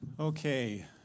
Okay